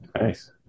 Nice